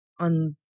on